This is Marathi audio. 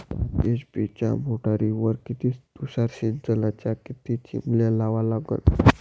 पाच एच.पी च्या मोटारीवर किती तुषार सिंचनाच्या किती चिमन्या लावा लागन?